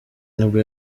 nibwo